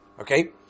okay